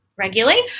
regularly